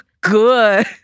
good